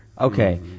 Okay